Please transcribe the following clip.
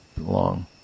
long